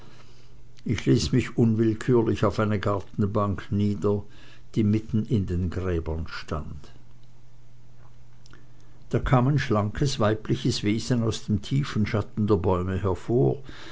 ich ließ mich unwillkürlich auf eine gartenbank nieder die mitten in den gräbern stand da kam ein schlankes weibliches wesen aus dem tiefen schatten der bäume hervor